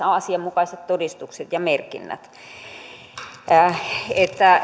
asianmukaiset todistukset ja merkinnät että